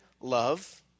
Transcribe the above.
love